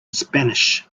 spanish